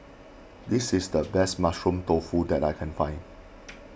this is the best Mushroom Tofu that I can find